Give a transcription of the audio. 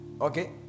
Okay